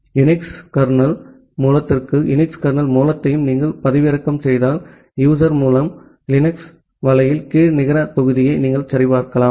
Unix kernel மூலத்திற்குள் Unix kernel மூலத்தை நீங்கள் பதிவிறக்கம் செய்தால் யூசர் மூல லினக்ஸ் வலையின் கீழ் நிகர தொகுதியை நீங்கள் சரிபார்க்கலாம்